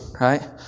right